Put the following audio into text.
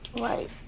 Right